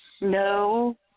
No